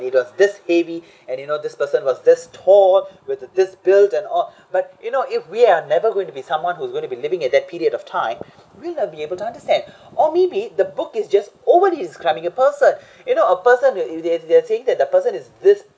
it got this heavy and you know this person was this tall with the this built and all but you know if we're never going to be someone who's going to be living at that period of time we wont be able to understand or maybe the book is just over describing a person you know a person they they they they are saying that the person is this